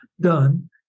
done